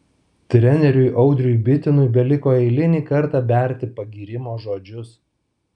treneriui audriui bitinui beliko eilinį kartą berti pagyrimo žodžius